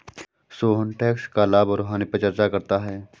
Sohan tax का लाभ और हानि पर चर्चा करता है